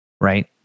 right